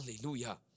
Hallelujah